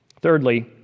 Thirdly